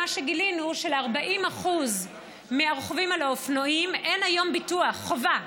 מה שגילינו זה של-40% מהרוכבים על האופנועים אין היום ביטוח חובה.